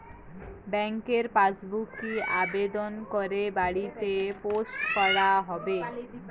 ব্যাংকের পাসবুক কি আবেদন করে বাড়িতে পোস্ট করা হবে?